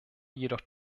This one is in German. jedoch